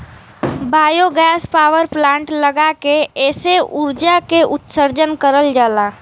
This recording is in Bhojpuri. बायोगैस पावर प्लांट लगा के एसे उर्जा के उत्सर्जन करल जाला